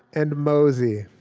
and mosey.